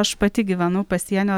aš pati gyvenu pasienio